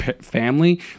family